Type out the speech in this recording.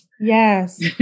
Yes